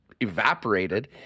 evaporated